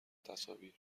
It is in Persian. تصاویر